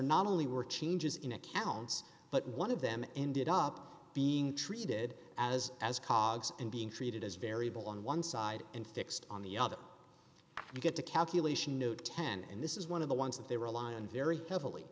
not only were changes in accounts but one of them ended up being treated as as colleagues and being treated as variable on one side and fixed on the other we get to calculation new ten and this is one of the ones that they rely on very heavily